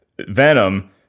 Venom